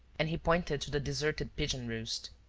and he pointed to the deserted pigeon-roost.